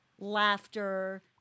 laughter